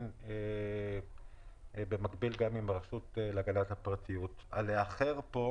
נעבור לתקנה 10. הגבלות לעניין צריכת מזון בכלי